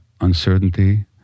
uncertainty